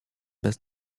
bez